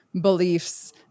beliefs